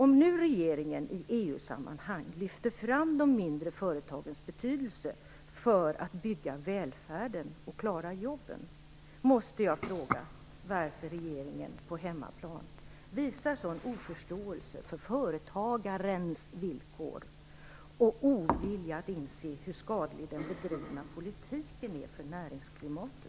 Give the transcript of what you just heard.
Om nu regeringen i EU-sammanhang lyfter fram de mindre företagens betydelse för att bygga välfärden och klara jobben måste jag fråga varför regeringen på hemmaplan visar en sådan oförståelse för företagarens villkor och en sådan ovilja mot att inse hur skadlig den bedrivna politiken är för näringsklimatet.